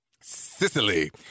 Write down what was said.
Sicily